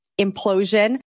implosion